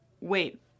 wait